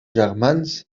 germans